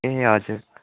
ए हजुर